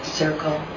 circle